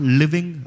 living